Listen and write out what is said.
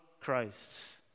Christ